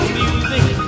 music